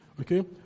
okay